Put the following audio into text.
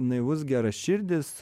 naivus geraširdis